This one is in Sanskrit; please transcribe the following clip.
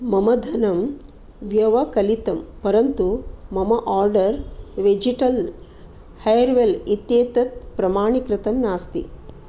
मम धनं व्यवकलितं परन्तु मम आर्डर् वेजिटल् हेर्वेल् इत्येतत् प्रमाणीकृतं नास्ति